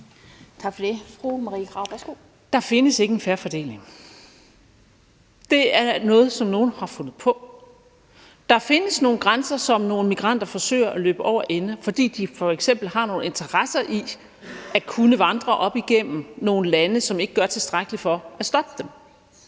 Der findes ikke en fair fordeling. Det er noget, som nogen har fundet på. Der findes nogle grænser, som nogle migranter forsøger at løbe over ende, fordi de f.eks. har nogle interesser i at kunne vandre op igennem nogle lande, som ikke gør tilstrækkeligt for at stoppe dem.